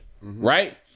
right